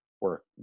work